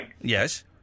Yes